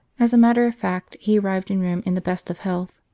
as a matter of fact, he arrived in rome in the best of health.